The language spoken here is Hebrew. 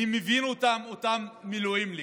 אני מבין את אותם מילואימניקים.